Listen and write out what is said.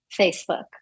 Facebook